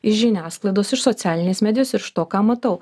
iš žiniasklaidos iš socialinės medijos ir iš to ką matau